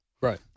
Right